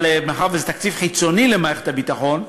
אבל מאחר שזה תקציב חיצוני למערכת הביטחון,